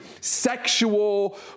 sexual